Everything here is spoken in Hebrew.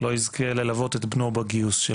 לא יזכה ללוות את בנו בגיוס שלו.